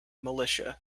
militia